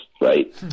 right